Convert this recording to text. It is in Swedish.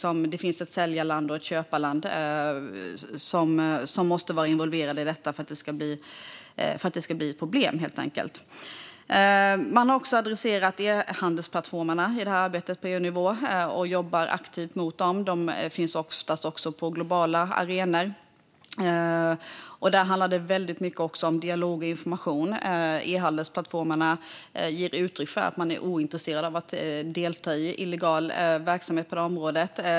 Och ett säljarland och ett köparland måste vara involverade i detta för att det ska bli ett problem, helt enkelt. Man har också adresserat e-handelsplattformarna i arbetet på EU-nivå, och man jobbar aktivt gentemot dem. De finns oftast på globala arenor. Där handlar det väldigt mycket om dialog och information. E-handelsplattformarna ger uttryck för att de är ointresserade av att delta i illegal verksamhet på detta område.